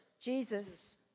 Jesus